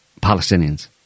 Palestinians